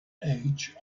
age